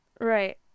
Right